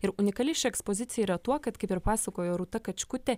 ir unikali ši ekspozicija yra tuo kad kaip ir pasakojo rūta kačkutė